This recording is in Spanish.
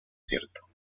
cierto